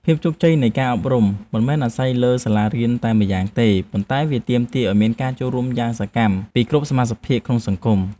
ភាពជោគជ័យនៃការអប់រំមិនមែនអាស្រ័យលើសាលារៀនតែម្យ៉ាងទេ ប៉ុន្តែវាទាមទារឱ្យមានការចូលរួមយ៉ាងសកម្មពីគ្រប់សមាសភាគក្នុងសង្គម។